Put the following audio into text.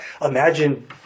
imagine